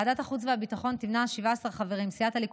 ועדת החוץ והביטחון תמנה 17 חברים: סיעת הליכוד,